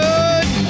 Good